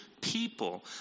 people